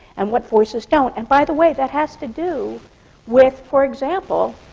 and what voices don't. and by the way, that has to do with, for example,